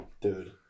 Dude